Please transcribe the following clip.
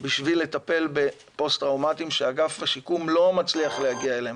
בשביל לטפל בפוסט-טראומתיים שאגף השיקום לא מצליח להגיע אליהם.